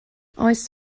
oes